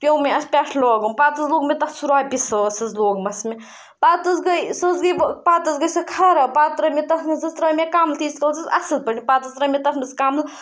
پیوٚ مےٚ اَتھ پٮ۪ٹھٕ لاگُن پَتہٕ حظ لوٚگ مےٚ تَتھ سُہ رۄپیہِ ساس حظ لوگمَس مےٚ پَتہٕ حظ گٔیٚے سۄ حظ گٔیٚے پَتہٕ حظ گٔیٚے سۄ خراب پَتہٕ ترٛٲوۍ مےٚ تَتھ منٛز حظ ترٛاے مےٚ کَملہٕ تیٖتِس کالَس اوس اَصٕل پٲٹھۍ پَتہٕ حظ ترٛاے مےٚ تَتھ منٛز کَملہٕ